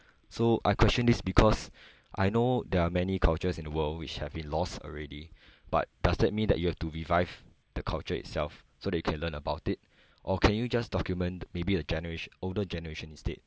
so I question this because I know there are many cultures in the world which have been lost already but does that mean that you have to revive the culture itself so they can learn about it or can you just document maybe a genera~ older generation instead